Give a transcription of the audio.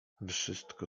wszystko